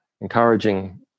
encouraging